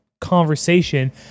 conversation